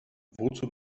wozu